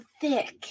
thick